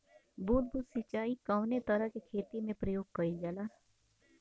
बूंद बूंद सिंचाई कवने तरह के खेती में प्रयोग कइलजाला?